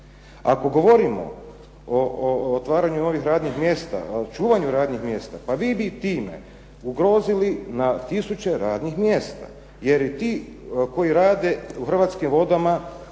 Ako govorimo o otvaranju radnih mjesta, o čuvanju radnih mjesta pa vi bi time ugrozili na tisuće radnih mjesta. Jer i ti koji rade u Hrvatskim vodama